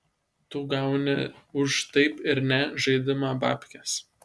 tu gauni už taip ir ne žaidimą bapkes